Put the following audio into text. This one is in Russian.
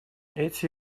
эти